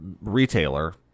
retailer